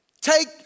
take